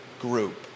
group